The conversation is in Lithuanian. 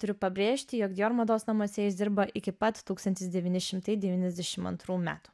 turiu pabrėžti jog jo mados namuose jis dirba iki pat tūkstantis dešimni šimtai devyniasdešim antrų metų